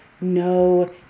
no